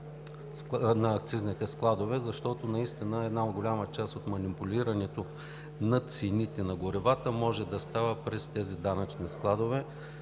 на акцизните складове, защото наистина една голяма част от манипулирането на цените на горивата може да става през тези данъчни складове.